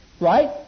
Right